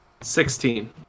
Sixteen